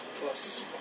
plus